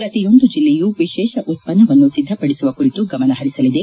ಪ್ರತಿಯೊಂದು ಜಿಲ್ಲೆಯೂ ವಿಶೇಷ ಉತ್ಪನ್ನವನ್ನು ಸಿದ್ದಪಡಿಸುವ ಕುರಿತು ಗಮನ ಹರಿಸಲಿದೆ